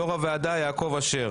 יו"ר הוועדה יעקב אשר.